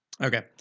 Okay